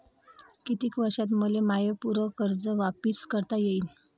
कितीक वर्षात मले माय पूर कर्ज वापिस करता येईन?